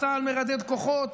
צה"ל מרדד כוחות,